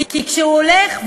כי כשהוא הולך,